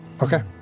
Okay